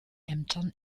ämtern